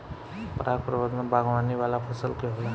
पराग प्रबंधन बागवानी वाला फसल के होला